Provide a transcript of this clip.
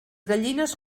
gallines